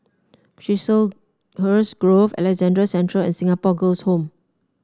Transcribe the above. Chiselhurst Grove Alexandra Central and Singapore Girls' Home